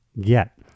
get